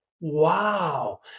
Wow